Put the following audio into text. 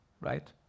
right